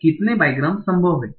तो कितने बाईग्राम्स संभव हैं